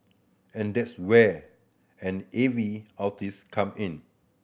and that's where an A V come in